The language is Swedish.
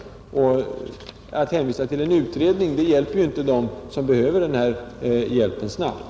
Det hjälper inte dem som behöver denna arbetskraft snabbt om man hänvisar till en utredning,